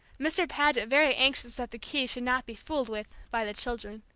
mr. paget very anxious that the keys should not be fooled with by the children.